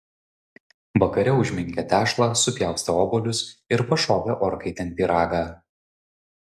vakare užminkė tešlą supjaustė obuolius ir pašovė orkaitėn pyragą